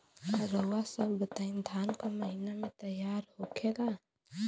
रउआ सभ बताई धान क महीना में तैयार होखेला?